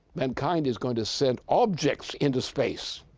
mankind is going to send objects into space!